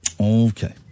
Okay